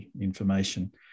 information